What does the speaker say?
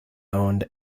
owned